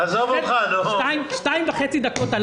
אני מבקש עוד שתיים וחצי דקות.